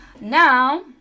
now